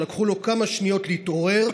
שלקח לו כמה שניות להתעורר,